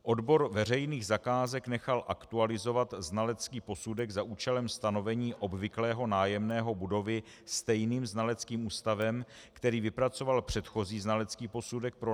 Odbor veřejných zakázek nechal aktualizovat znalecký posudek za účelem stanovení obvyklého nájemného budovy stejným znaleckým ústavem, který vypracoval předchozí znalecký posudek pro nájemce v roce 2013.